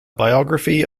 biography